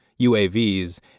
UAVs